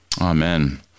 Amen